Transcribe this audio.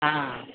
ஆ